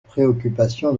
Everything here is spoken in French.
préoccupation